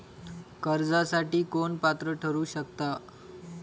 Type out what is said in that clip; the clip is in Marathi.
कर्जासाठी कोण पात्र ठरु शकता?